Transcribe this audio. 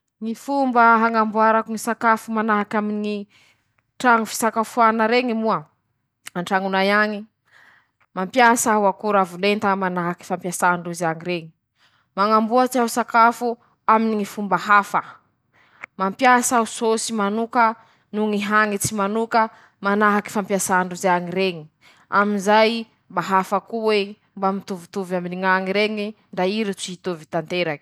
Voka-tsoa noho ñy voka-dratsy azon-teña aminy ñy fihinana sakafo manta. Ñy tombo-tsoa: -Mahazo otrik'ay mivanta teña baka aminy ñy sakafoñy, manahaky anizay koa a, mm mety ho soa aminy ñy diety manokany iñy. Aminy ñy voka-dratsiny: -Mahazo arety teña laha bakeo, militsy anñain-teña añy ñy baktery aminy ñy mikroby iaby io, bakeo teña marary.